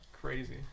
crazy